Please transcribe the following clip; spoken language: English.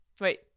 Wait